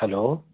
hello